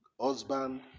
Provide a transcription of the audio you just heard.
husband